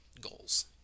Goals